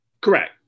Correct